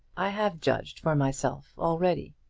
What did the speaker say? i have judged for myself already.